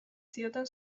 zioten